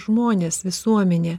žmonės visuomenė